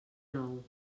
nou